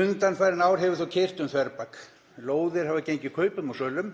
Undanfarin ár hefur þó keyrt um þverbak. Lóðir hafa gengið kaupum og sölum